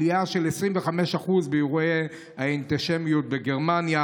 רואים עלייה של 25% באירועי האנטישמיות בגרמניה